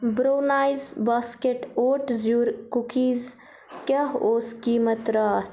brownies basket اوٹ زیُر کُکیٖزس کیٛاہ اوس قِمتھ راتھ